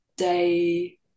day